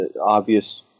obvious